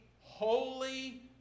holy